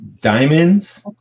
diamonds